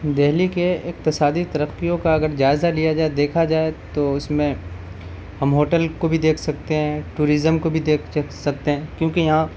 دہلی کے اقتصادی ترقیوں کا اگر جائزہ لیا جائے دیکھا جائے تو اس میں ہم ہوٹل کو بھی دیکھ سکتے ہیں ٹوریزم کو بھی دیکھ سکتے ہیں کیونکہ یہاں